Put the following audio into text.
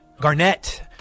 Garnett